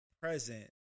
present